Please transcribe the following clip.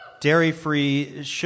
Dairy-free